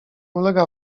ulega